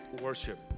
worship